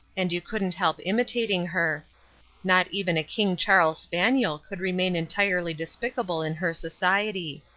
and you couldn't help imitating her not even a king charles spaniel could remain entirely despicable in her society.